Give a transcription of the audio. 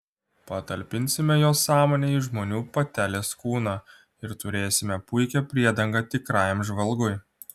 patalpinsime jos sąmonę į žmonių patelės kūną ir turėsime puikią priedangą tikrajam žvalgui